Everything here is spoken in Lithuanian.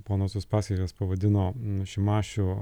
ponas uspaskichas pavadino šimašių